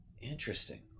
Interesting